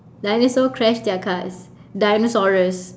dinosaur crash their cars dinosaurus